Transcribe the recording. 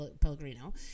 Pellegrino